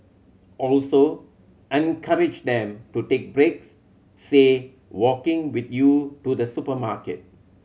also encourage them to take breaks say walking with you to the supermarket